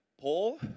Paul